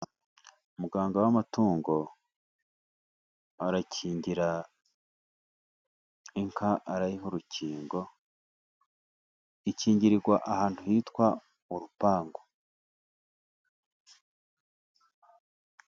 Umuganga w'amatungo arakingira inka. Arayiha urukingo ikingirwa ahantu hitwa urupango.